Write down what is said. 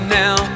now